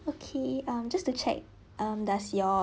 okay um just to check um does your